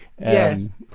Yes